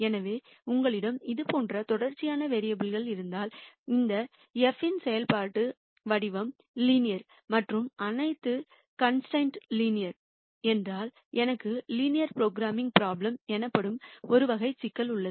எனவே உங்களிடம் இது போன்ற தொடர்ச்சியான வேரியபுல் கள் இருந்தால் இந்த f இன் செயல்பாட்டு வடிவம் லீனியர் மற்றும் அனைத்து கான்ஸ்டரைனெட் லீனியர் என்றால் எனக்கு லீனியர் ப்ரோக்ராமிங் ப்ரோப்லேம் எனப்படும் ஒரு வகை சிக்கல் உள்ளது